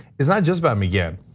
it's not just about mcgahn.